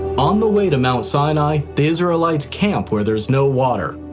on the way to mount sinai, the israelites camp where there's no water.